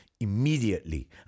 Immediately